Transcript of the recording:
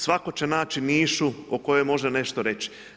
Svatko će naći mišu o kojoj može nešto reći.